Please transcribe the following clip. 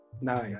Nice